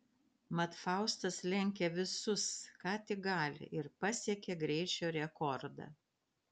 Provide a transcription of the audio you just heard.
mat faustas lenkia visus ką tik gali ir pasiekia greičio rekordą